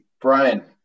Brian